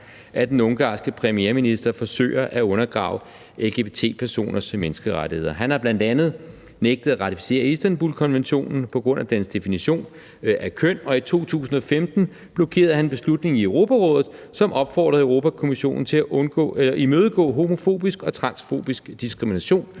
at den ungarske premierminister forsøger at undergrave lgbti-personers menneskerettigheder. Han har bl.a. nægtet at ratificere Istanbulkonventionen på grund af dens definition af køn. Og i 2015 blokerede han en beslutning i Europarådet, som opfordrede Europa-Kommissionen til at imødegå homofobisk og transfobisk diskrimination.